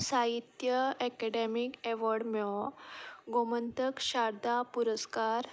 साहित्य academic award मेवळ्ळो गोमंतक शारदा पुरस्कार